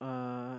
uh